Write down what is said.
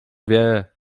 wie